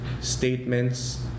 statements